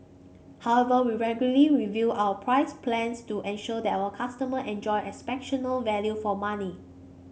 however we regularly review our price plans to ensure that our customer enjoy exceptional value for money